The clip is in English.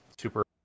super